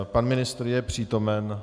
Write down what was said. Pan ministr je přítomen.